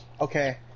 Okay